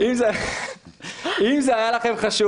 לענייננו החשוב, אם זה היה לכם חשוב,